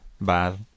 bad